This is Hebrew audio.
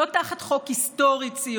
לא תחת חוק היסטורי-ציוני,